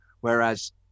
whereas